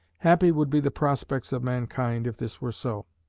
happy would be the prospects of mankind if this were so.